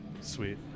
sweet